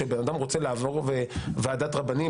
שבן אדם רוצה לעבור ועדת רבנים,